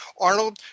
Arnold